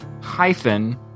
hyphen